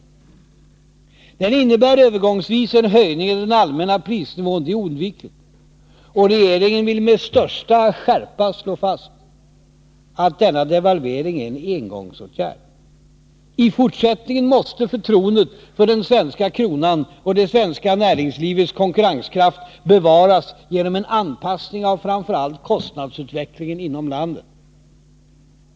Devalveringen innebär övergångsvis en höjning av den allmänna prisnivån — det är oundvikligt. Regeringen vill med största skärpa slå fast att denna devalvering är en engångsåtgärd. I fortsättningen måste förtroendet för den svenska kronan och det svenska näringslivets konkurrenskraft bevaras genom en anpassning av framför allt kostnadsutvecklingen inom landet.